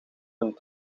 hun